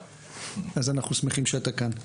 אז אנחנו שמחים שאתה כאן.